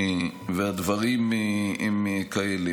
והדברים הם כאלה,